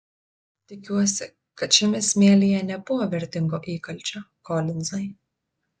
tikiuosi kad šiame smėlyje nebuvo vertingo įkalčio kolinzai